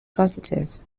positive